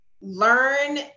learn